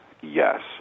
yes